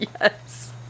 Yes